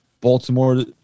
Baltimore